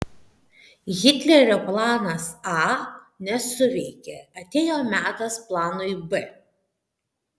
hitlerio planas a nesuveikė atėjo metas planui b